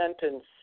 sentence